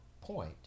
point